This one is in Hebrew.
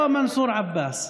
אותו מנסור עבאס.